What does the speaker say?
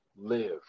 live